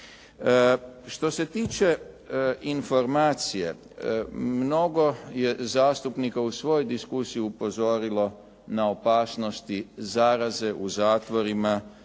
Što se tiče informacija, mnogo je zastupnika u svojoj diskusiji upozorilo na opasnosti zaraze u zatvorima,